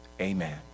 amen